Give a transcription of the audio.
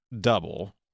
double